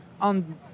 on